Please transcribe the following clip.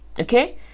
Okay